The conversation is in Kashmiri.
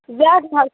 زیادٕ ما حظ چھُس